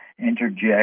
interject